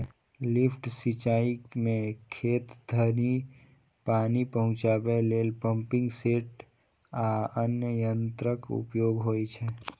lift सिंचाइ मे खेत धरि पानि पहुंचाबै लेल पंपिंग सेट आ अन्य यंत्रक उपयोग होइ छै